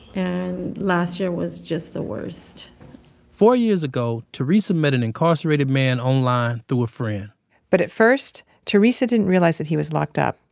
and last year was just the worst four years ago, theresa met an incarcerated man online through a friend but at first, theresa didn't realize that he was locked up.